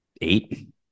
Eight